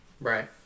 Right